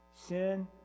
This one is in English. sin